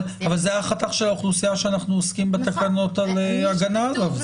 אבל זה החתך של האוכלוסייה שאנחנו עוסקים בתקנות של הגנה עליו,